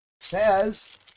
says